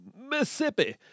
Mississippi